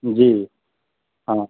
جی ہاں